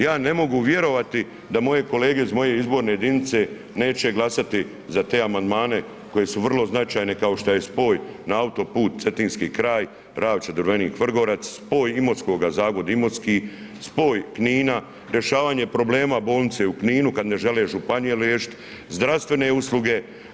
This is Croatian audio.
Ja ne mogu vjerovati da moje kolege iz moje izborne jedince neće glasati za te amandmane koji su vrlo značajni kao što je spoj na autoput Cetinski kraj Ravče-Drvenik-Vrgorac spoj Imotskoga Zagvozd-Imotski, spoj Kinina, rješavanje problema Bolnice u Kninu kada ne žele županije riješiti, zdravstvene usluge.